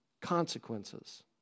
consequences